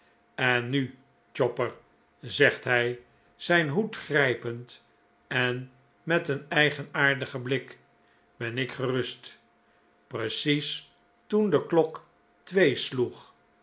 en nu chopper zegt hij zijn hoed grijpend en met een eigenaardigen blik ben ik gerust precies toen de klok twee sloeg